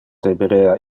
deberea